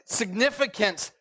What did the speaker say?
significance